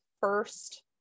first